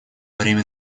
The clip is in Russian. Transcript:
время